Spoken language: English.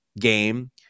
game